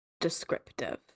descriptive